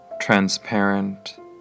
transparent